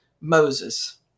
Moses